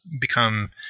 become